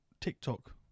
TikTok